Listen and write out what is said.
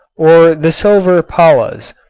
or the silver pallas.